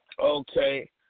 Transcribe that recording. Okay